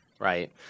Right